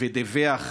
ודיווח